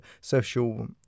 social